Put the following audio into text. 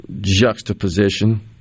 juxtaposition